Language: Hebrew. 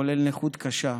כולל נכות קשה.